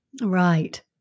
Right